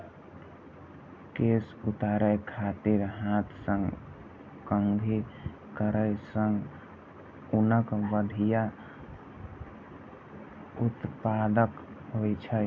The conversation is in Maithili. केश उतारै खातिर हाथ सं कंघी करै सं ऊनक बढ़िया उत्पादन होइ छै